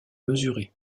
mesurée